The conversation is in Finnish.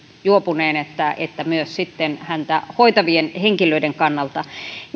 juopuneen että että myös sitten häntä hoitavien henkilöiden kannalta